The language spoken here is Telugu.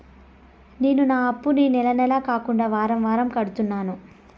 నేను నా అప్పుని నెల నెల కాకుండా వారం వారం కడుతున్నాను